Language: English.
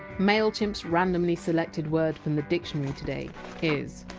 mailchimp! s randomly selected word from the dictionary today is!